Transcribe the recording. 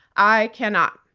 i cannot.